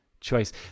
choice